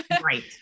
right